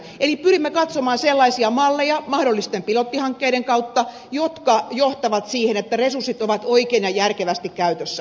eli pyrimme katsomaan sellaisia malleja mahdollisten pilottihankkeiden kautta jotka johtavat siihen että resurssit ovat oikein ja järkevästi käytössä